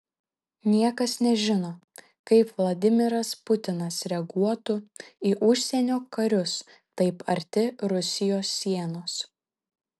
niekas nežino kaip vladimiras putinas reaguotų į užsienio karius taip arti rusijos sienos